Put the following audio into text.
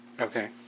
Okay